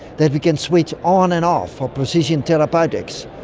that we can switch on and off for precision therapeutics.